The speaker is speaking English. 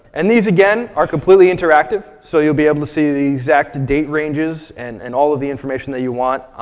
and these again, are completely interactive. so you'll be able to see the exact and date ranges, and and all of the information that you want,